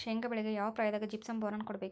ಶೇಂಗಾ ಬೆಳೆಗೆ ಯಾವ ಪ್ರಾಯದಾಗ ಜಿಪ್ಸಂ ಬೋರಾನ್ ಕೊಡಬೇಕು?